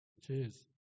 Cheers